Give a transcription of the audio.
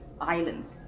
islands